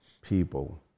people